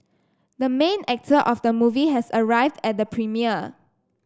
the main actor of the movie has arrived at the premiere